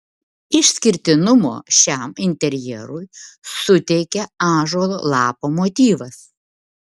išskirtinumo šiam interjerui suteikia ąžuolo lapo motyvas